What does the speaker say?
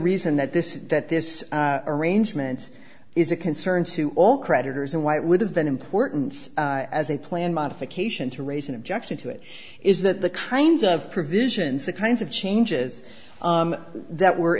reason that this is that this arrangement is a concern to all creditors and why it would have been importance as a plan modification to raise an objection to it is that the kinds of provisions the kinds of changes that were